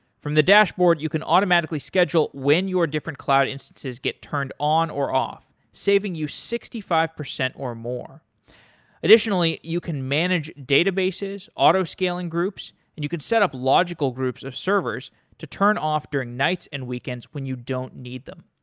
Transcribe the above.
from the dashboard, you can automatically schedule when your different cloud instances get turned on or off saving you sixty five percent or more additionally, you can manage databases, auto-scaling groups and you could setup logical groups of servers to turn off during nights and weekends when you don't need them,